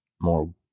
more